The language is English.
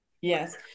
Yes